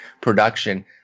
production